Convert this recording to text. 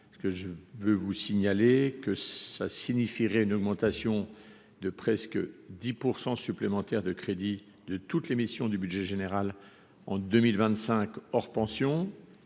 je veux vous signaler que ça signifierait une augmentation de presque 10 % supplémentaire de crédits de toutes les missions du budget général en 2025, hors pensions